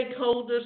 stakeholders